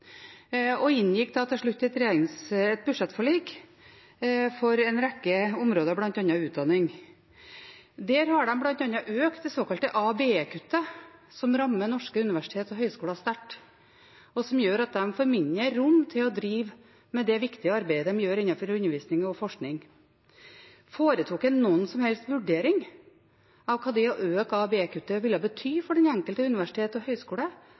og inngikk til slutt et budsjettforlik for en rekke områder, bl.a. utdanning. De har bl.a. økt det såkalte ABE-kuttet som rammer norske universiteter og høgskoler sterkt, og som gjør at de får mindre rom til å drive med det viktige arbeidet de gjør innenfor undervisning og forskning. Foretok en noen som helst vurdering av hva det å øke ABE-kuttet ville bety for det enkelte universitet og høgskole?